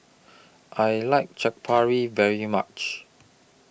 I like Chaat Papri very much